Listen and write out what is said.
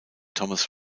thomas